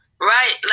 Right